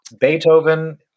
Beethoven